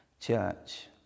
church